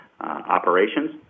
operations